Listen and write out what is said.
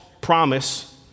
promise